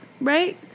Right